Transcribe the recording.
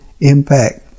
impact